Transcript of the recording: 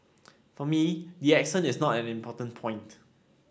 for me the accent is not an important point